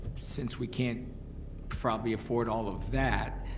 since we can't probably afford all of that,